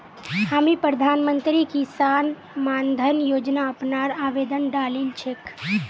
हामी प्रधानमंत्री किसान मान धन योजना अपनार आवेदन डालील छेक